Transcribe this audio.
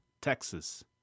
Texas